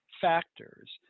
factors